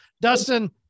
Dustin